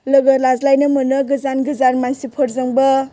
लोगो लाज्लायनो मोनो गोजान गोजान मानसिफोरजोंबो